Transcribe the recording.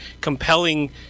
compelling